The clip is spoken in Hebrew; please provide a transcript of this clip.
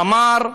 אמר: